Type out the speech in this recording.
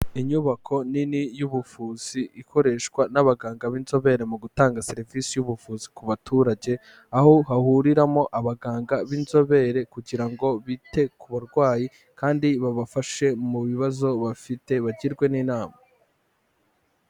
Inyubako nini y'ubuvuzi ikoreshwa n'abaganga b'inzobere mu gutanga serivisi y'ubuvuzi ku baturage, aho bahuriramo abaganga b'inzobere kugira ngo bite ku barwayi, kandi babafashe mu bibazo bafite bagirwe n'inama.